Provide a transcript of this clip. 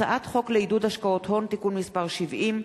הצעת חוק לעידוד השקעות הון (תיקון מס' 70),